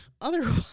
otherwise